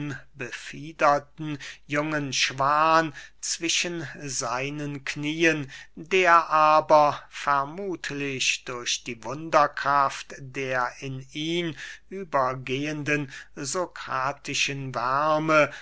unbefiederten jungen schwan zwischen seinen knieen der aber vermuthlich durch die wunderkraft der in ihn übergehenden sokratischen